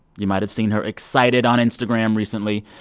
you might have seen her excited on instagram recently.